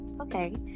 okay